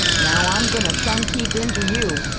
now i'm goin' to send keith in to you.